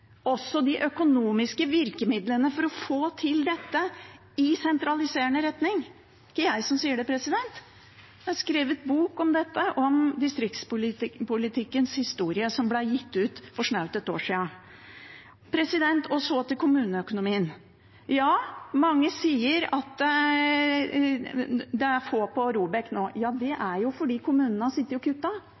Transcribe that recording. også de økonomiske virkemidlene for å få til dette i sentraliserende retning. – Det er ikke jeg som sier det, det er skrevet i en bok om distriktspolitikkens historie som ble gitt ut for snaut ett år siden. Så til kommuneøkonomien: Mange sier at det er få på ROBEK nå. Ja, det er fordi kommunene har sittet og